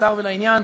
קצר ולעניין,